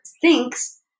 thinks